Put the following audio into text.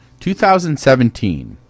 2017